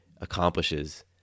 accomplishes